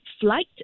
flight